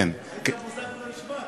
בוזגלו השווה?